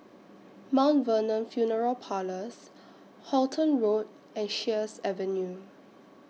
Mountain Vernon Funeral Parlours Halton Road and Sheares Avenue